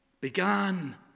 began